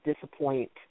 disappoint